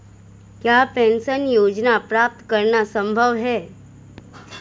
क्या पेंशन योजना प्राप्त करना संभव है?